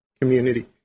community